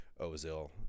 Ozil